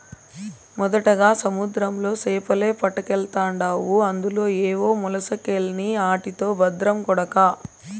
మొదటగా సముద్రంలో సేపలే పట్టకెల్తాండావు అందులో ఏవో మొలసకెల్ని ఆటితో బద్రం కొడకా